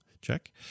Check